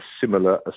similar